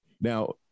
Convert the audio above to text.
now